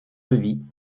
levis